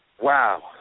Wow